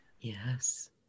Yes